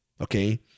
Okay